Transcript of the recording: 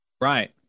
Right